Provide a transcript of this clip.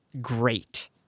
Great